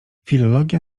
filologia